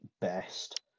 best